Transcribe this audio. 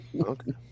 Okay